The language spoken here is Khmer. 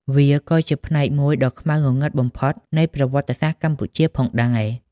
វាក៏ជាផ្នែកមួយដ៏ខ្មៅងងឹតបំផុតនៃប្រវត្តិសាស្ត្រកម្ពុជាផងដែរ។